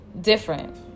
different